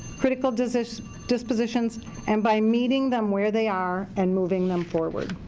critical dispositions dispositions and by meeting them where they are and moving them forward.